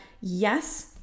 yes